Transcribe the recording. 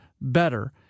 better